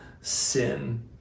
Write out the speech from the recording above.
sin